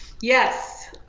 Yes